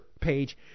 page